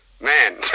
Man